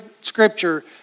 scripture